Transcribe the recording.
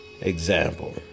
example